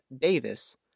Davis